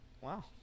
Wow